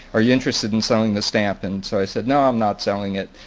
are you interested in selling the stamp? and so i said, no, i'm not selling it.